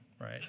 right